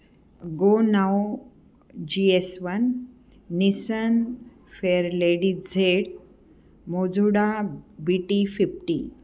go now G S one Nissan fair ladies Z Mazda B T fifty